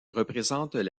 représentent